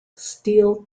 steel